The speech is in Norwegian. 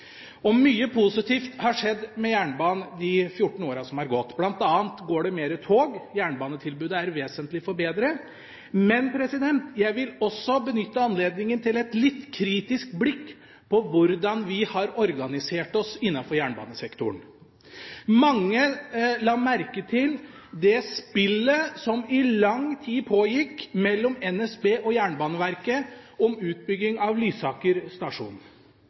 Mye positivt har skjedd med jernbanen i de 14 åra som har gått, bl.a. går det flere tog, jernbanetilbudet er vesentlig forbedret, men jeg vil også benytte anledningen til et litt kritisk blikk på hvordan vi har organisert oss innenfor jernbanesektoren. Mange la merke til det spillet som i lang tid pågikk mellom NSB og Jernbaneverket om utbyggingen av